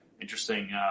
interesting